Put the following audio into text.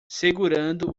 segurando